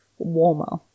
Warmer